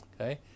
Okay